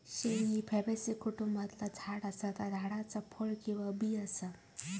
शेंग ही फॅबेसी कुटुंबातला झाड असा ता झाडाचा फळ किंवा बी असा